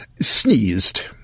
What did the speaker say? sneezed